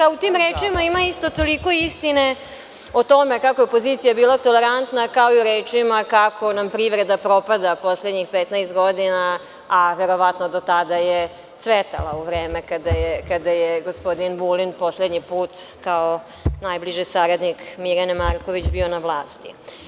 U tim rečima ima isto toliko istine o tome kako je opozicija bila tolerantna, kao i u rečima kako nam privreda propada poslednjih 15 godina, a verovatno da je do tada cvetala u vreme kada je gospodin Vulin poslednji put kao najbliži saradnik Mirjane Marković bio na vlasti.